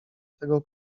tego